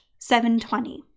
720